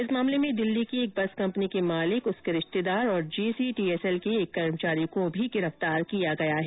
इस मामले में दिल्ली की एक बस कंपनी के मालिक उसके रिश्तेदार और जेसीटीएसएल के कर्मचारी को गिरफ्तार किया है